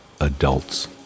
adults